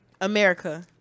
America